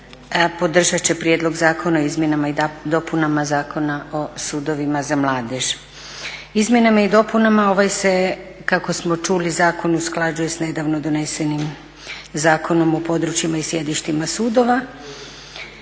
podržat će Prijedlog zakona o izmjenama i dopunama Zakona o sudovima za mladež. Izmjenama i dopunama ovaj se kako smo čuli zakon usklađuje s nedavno donesenim Zakonom o područjima i sjedištima sudova.